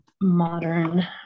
modern